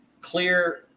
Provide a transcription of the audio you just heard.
clear –